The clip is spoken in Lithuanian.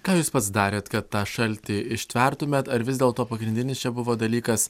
ką jūs pats darėt kad tą šaltį ištvertumėt ar vis dėlto pagrindinis čia buvo dalykas